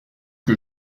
que